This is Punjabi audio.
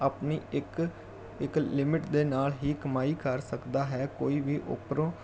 ਆਪਣੀ ਇੱਕ ਇੱਕ ਲਿਮਿਟ ਦੇ ਨਾਲ ਹੀ ਕਮਾਈ ਕਰ ਸਕਦਾ ਹੈ ਕੋਈ ਵੀ ਉੱਪਰੋਂ